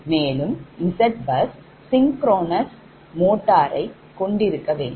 மேலும் Zbus synchronous மோட்டாறை கொண்டிருக்க வேண்டும்